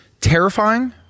terrifying